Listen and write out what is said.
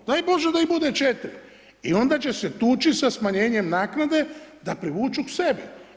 Daj Bože da ih bude 4. I onda će se tuči sa smanjenjem naknade da privuku k sebi.